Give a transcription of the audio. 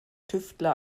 tüftler